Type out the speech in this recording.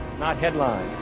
not headlined.